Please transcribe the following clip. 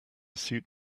suit